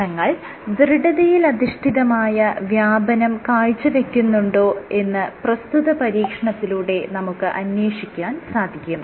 കോശങ്ങൾ ദൃഢതയിൽ അധിഷ്ടിതമായ വ്യാപനം കാഴ്ചവെക്കുന്നുണ്ടോ എന്ന് പ്രസ്തുത പരീക്ഷണത്തിലൂടെ നമുക്ക് അന്വേഷിക്കാൻ സാധിക്കും